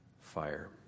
fire